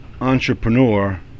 entrepreneur